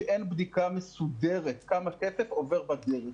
כשאין בדיקה מסודרת כמה כסף עובר בדרך.